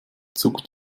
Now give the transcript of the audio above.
zuckt